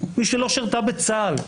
מי שלא שירתה בצה"ל.